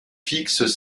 fixes